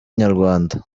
nyarwanda